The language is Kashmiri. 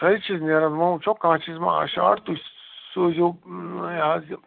سٲری چیٖز نیرَن وۄنۍ وٕچھو کانٛہہ چیٖز مَہ آسہِ شاٹ تُہۍ سوٗ سوٗزیوٗ یہِ حظ یہِ